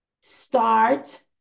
Start